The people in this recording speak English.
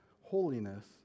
holiness